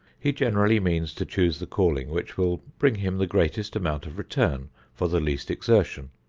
he generally means to choose the calling which will bring him the greatest amount of return for the least exertion.